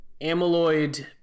amyloid